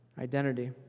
identity